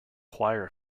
choir